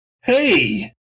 Hey